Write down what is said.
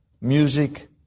music